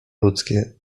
ludzkie